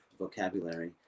vocabulary